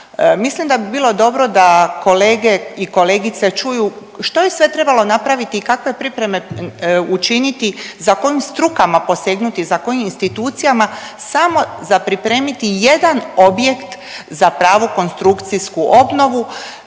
Mislim da bi bilo dobro da kolege i kolegice čuju što je sve trebalo napraviti i kakve pripreme učiniti, za kojim strukama posegnuti, za kojim institucijama samo za pripremiti jedan objekt za pravu konstrukcijsku obnovu,